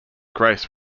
grace